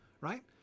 right